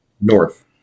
North